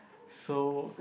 so